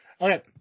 Okay